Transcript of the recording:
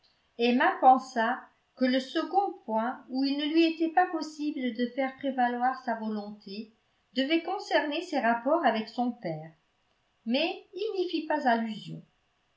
emma pensa que le second point où il ne lui était pas possible de faire prévaloir sa volonté devait concerner ses rapports avec son père mais il n'y fit pas allusion